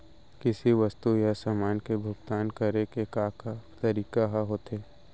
किसी वस्तु या समान के भुगतान करे के का का तरीका ह होथे?